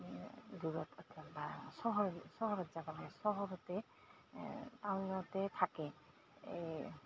দূৰত বা চহৰত চহৰত চহৰতে টাউনতে থাকে এই